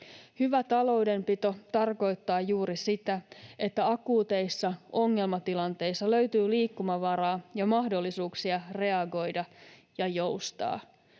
Hyvä taloudenpito tarkoittaa juuri sitä, että akuuteissa ongelmatilanteissa löytyy liikkumavaraa ja mahdollisuuksia reagoida ja joustaa.